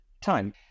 time